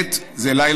זה לא מחר.